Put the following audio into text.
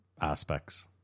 aspects